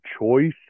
choice